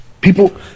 People